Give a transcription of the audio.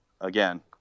again